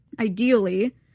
ideally